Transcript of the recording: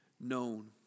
known